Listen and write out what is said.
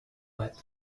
wet